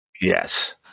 Yes